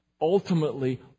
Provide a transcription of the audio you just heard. ultimately